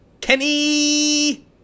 Kenny